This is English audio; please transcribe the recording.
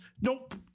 nope